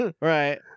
Right